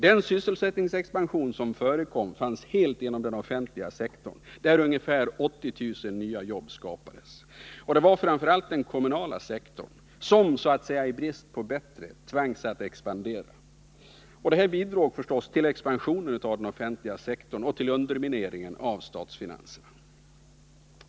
Den sysselsättningsexpansion som förekom fanns helt inom den offentliga sektorn, där ungefär 80 000 nya jobb skapades. Det var framför allt den kommunala sektorn som — så att säga i brist på bättre — tvangs att expandera. Detta bidrog naturligtvis till expansionen av den offentliga sektorn och till undermineringen av statsfinanserna.